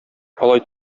алай